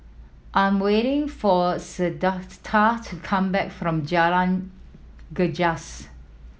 I'm waiting for Shaquita to come back from Jalan Gajus